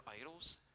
idols